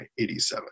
1987